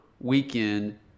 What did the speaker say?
weekend